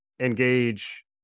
engage